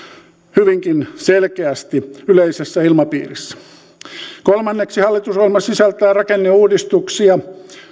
hyvinkin selkeästi yleisessä ilmapiirissä kolmanneksi hallitusohjelma sisältää rakenneuudistuksia